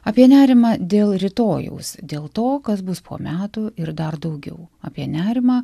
apie nerimą dėl rytojaus dėl to kas bus po metų ir dar daugiau apie nerimą